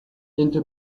into